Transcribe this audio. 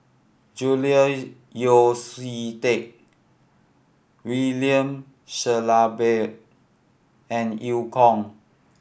Julian Yeo See Teck William Shellabear and Eu Kong